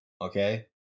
Okay